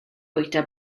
bwyta